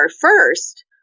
first